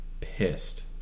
pissed